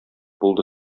булды